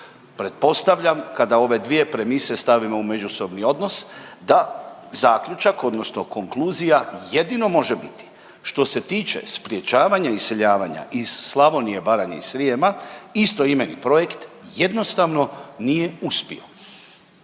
Pretpostavljam kada ove dvije premise stavimo u međusobni odnos da zaključak odnosno konkluzija jedino može biti što se tiče sprječavanja iseljavanja iz Slavonije, Baranja i Srijema istoimeni projekt jednostavno nije uspio.